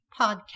Podcast